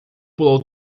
pulou